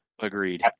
Agreed